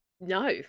no